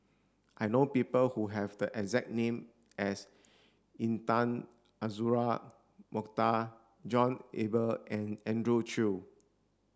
I know people who have the exact name as Intan Azura Mokhtar John Eber and Andrew Chew